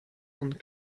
und